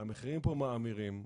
המחירים מאמירים,